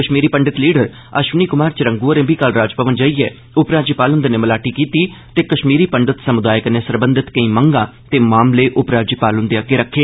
Kashmiri Pandit leader Ashwini Kumar Chrungoo होरें'बी कल राजभवन जाइयै उपराज्यपाल हुंदे'नै मलाटी कीती ते कश्मीरी पंडित समुदाय कन्नै सरबंधत केई मंगां ते मामले उपराज्याल हुंदे अग्गे रक्खे